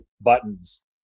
Buttons